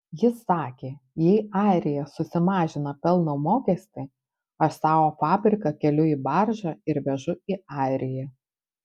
jis sakė jei airija susimažina pelno mokestį aš savo fabriką keliu į baržą ir vežu į airiją